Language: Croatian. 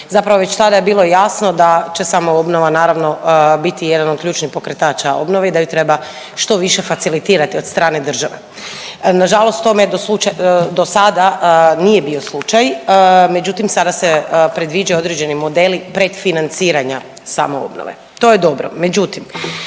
zapravo već tada je bilo jasno da će samoobnova naravno biti jedan od pokretača obnove i da ju treba što više facilitirati od strane države. Nažalost, tome je do sada nije bio slučaj, međutim sada se predviđa određeni modeli pred financiranja samoobnove. To je dobro.